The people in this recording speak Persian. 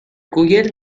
گوگل